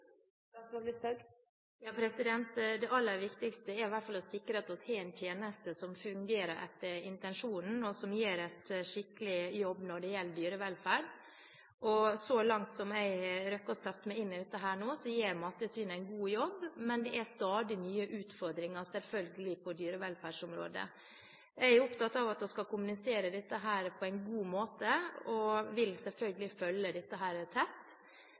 Det aller viktigste er i hvert fall å sikre at vi har en tjeneste som fungerer etter intensjonen, og som gjør en skikkelig jobb når det gjelder dyrevelferd. Så langt – ut fra det som jeg har rukket å sette meg inn i nå – gjør Mattilsynet en god jobb, men det er selvfølgelig stadig nye utfordringer på dyrevelferdsområdet. Jeg er opptatt av at vi skal kommunisere dette på en god måte, og vil selvfølgelig følge dette tett.